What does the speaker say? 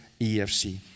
EFC